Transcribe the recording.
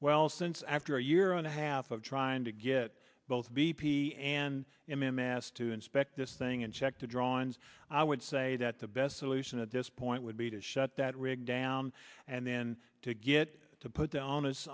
well since after a year and a half of trying to get both b p and him asked to inspect this thing and check the drawings i would say that the best solution at this point would be to shut that rig down and then to get to put down his